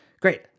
Great